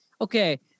okay